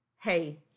hey